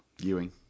Ewing